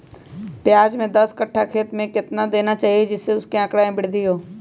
प्याज के दस कठ्ठा खेत में कितना खाद देना चाहिए जिससे उसके आंकड़ा में वृद्धि हो?